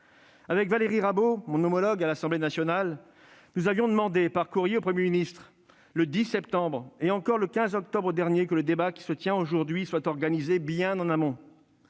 Valérie Rabault, mon homologue à l'Assemblée nationale, et moi-même vous avions demandé par courrier, monsieur le Premier ministre, le 10 septembre et encore le 15 octobre dernier, que le débat qui se tient aujourd'hui soit organisé bien en amont.